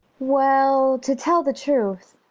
well, to tell the truth,